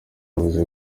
yavuze